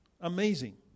Amazing